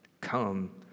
Come